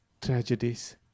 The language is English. tragedies